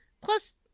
plus